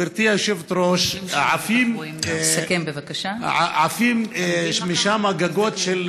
גברתי היושבת-ראש, עפים משם גגות של